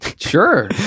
Sure